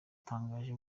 utangaje